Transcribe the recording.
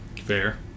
Fair